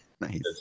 Nice